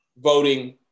voting